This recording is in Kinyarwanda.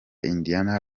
indiana